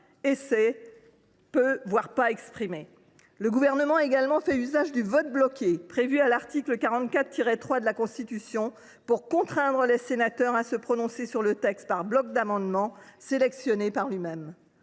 exprimée, voire pas du tout. Le Gouvernement a également fait usage du vote bloqué prévu à l’article 44.3 de la Constitution pour contraindre les sénateurs à se prononcer sur le texte par blocs d’amendements, sélectionnés par lui même.